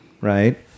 right